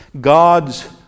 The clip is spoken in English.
God's